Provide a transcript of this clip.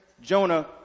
Jonah